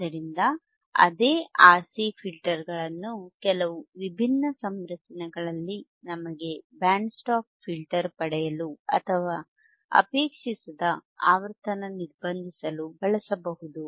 ಆದ್ದರಿಂದ ಅದೇ RC ಫಿಲ್ಟರ್ಗಳನ್ನು ಕೆಲವು ವಿಭಿನ್ನ ಸಂರಚನೆಗಳಲ್ಲಿ ನಮಗೆ ಬ್ಯಾಂಡ್ ಸ್ಟಾಪ್ ಫಿಲ್ಟರ್ ಪಡೆಯಲು ಅಥವಾ ನಾವು ಅಪೇಕ್ಷಿಸದ ಆವರ್ತನವನ್ನುನಿರ್ಬಂಧಿಸಲು ಬಳಸಬಹುದು